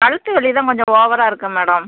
கழுத்து வலி தான் கொஞ்சம் ஓவராக இருக்குது மேடம்